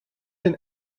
een